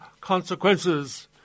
consequences